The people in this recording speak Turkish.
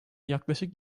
yaklaşık